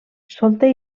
solter